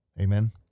Amen